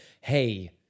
hey